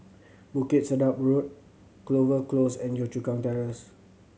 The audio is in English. Bukit Sedap Road Clover Close and Yio Chu Kang Terrace